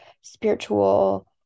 spiritual